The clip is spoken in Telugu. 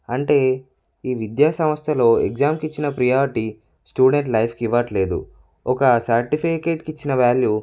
అంటే ఈ విద్యాసంస్థలు ఎగ్జామ్కి ఇచ్చిన ప్రియార్టీ స్టూడెంట్ లైఫ్కి ఇవ్వటం లేదు ఒక సర్టిఫికేట్కి ఇచ్చిన వ్యాల్యూ